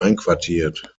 einquartiert